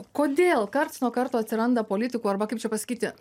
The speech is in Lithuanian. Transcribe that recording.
kodėl karts nuo karto atsiranda politikų arba kaip čia pasakyti